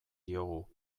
diogu